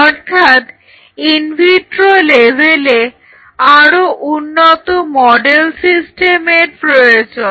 অর্থাৎ ইনভিট্রো লেভেলে আরো উন্নত মডেল সিস্টেমের প্রয়োজন